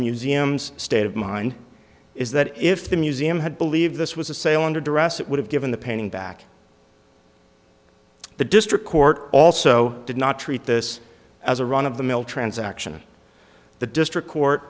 museum's state of mind is that if the museum had believed this was a sale under duress it would have given the painting back the district court also did not treat this as a run of the mill transaction the district court